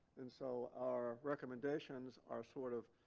and so our recommendations are sort of